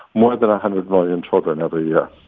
more than a hundred million children every year